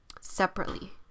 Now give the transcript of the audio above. separately